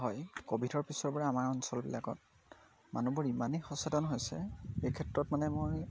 হয় ক'ভিডৰ পিছৰ পৰা আমাৰ অঞ্চলবিলাকত মানুহবোৰ ইমানেই সচেতন হৈছে এই ক্ষেত্ৰত মানে মই